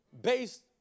based